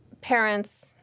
parents